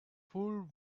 fool